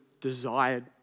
desired